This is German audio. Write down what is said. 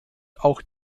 auch